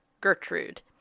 Gertrude